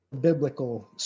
biblical